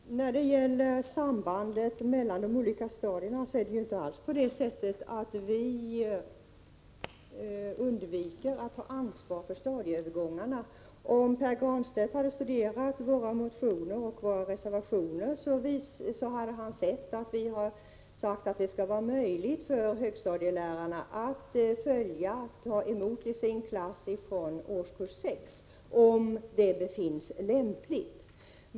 Herr talman! När det gäller sambandet mellan de olika stadierna är det inte alls på det sättet att vi undviker att ta ansvar för studieövergångarna. Om Pär Granstedt hade studerat våra motioner och våra reservationer, hade han sett att vi sagt att det skall vara möjligt för högstadielärarna att ta emot elever från årskurs 6 om det befinns lämpligt.